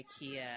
Ikea